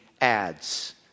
ads